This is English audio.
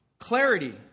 clarity